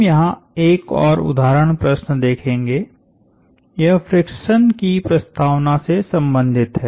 हम यहां एक और उदाहरण प्रश्न देखेंगे यह फ्रिक्शन की प्रस्तावना से संबंधित है